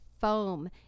Foam